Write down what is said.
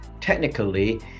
technically